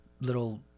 little